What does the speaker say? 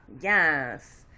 Yes